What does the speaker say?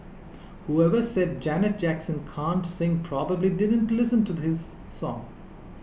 whoever said Janet Jackson can't sing probably didn't listen to this song